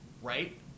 Right